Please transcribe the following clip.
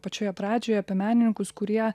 pačioje pradžioj apie menininkus kurie